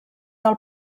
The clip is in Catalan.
del